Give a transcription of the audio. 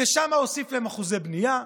ושם הוסיף להם אחוזי בנייה,